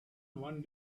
one